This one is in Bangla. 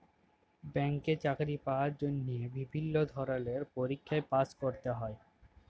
ব্যাংকে চাকরি পাওয়ার জন্হে বিভিল্য ধরলের পরীক্ষায় পাস্ ক্যরতে হ্যয়